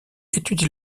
étudie